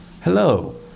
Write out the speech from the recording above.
hello